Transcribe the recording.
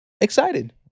excited